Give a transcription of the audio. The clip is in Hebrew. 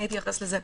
אני אתייחס לזה.